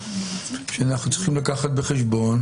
שאנחנו צריכים להביא בחשבון,